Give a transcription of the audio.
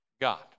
God